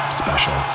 special